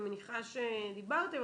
אני מניחה שדיברתם,